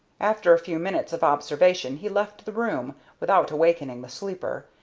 after a few minutes of observation he left the room, without awakening the sleeper,